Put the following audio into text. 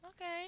Okay